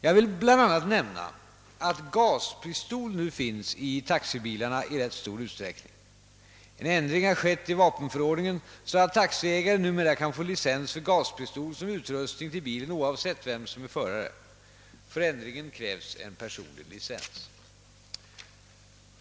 | Jag vill bl.a. nämna att gaspistol nu finns i taxibilarna i rätt stor utsträckning. En ändring har skett i vapenförordningen, så att taxiägare numera kan få licens för gaspistol som utrustning till bilen, oavsett vem som är förare. Före ändringen krävdes personlig licens.